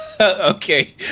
Okay